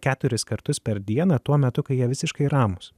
keturis kartus per dieną tuo metu kai jie visiškai ramūs